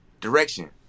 direction